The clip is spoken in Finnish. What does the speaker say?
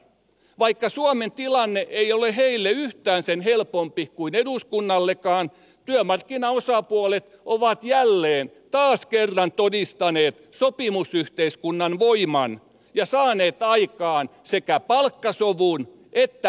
vaikka suomen tilanne ei ole heille yhtään sen helpompi kuin eduskunnallekaan työmarkkinaosapuolet ovat jälleen taas kerran todistaneet sopimusyhteiskunnan voiman ja saaneet aikaan sekä palkkasovun että eläkesovun